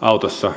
autossa